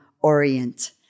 orient